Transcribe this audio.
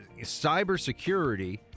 cybersecurity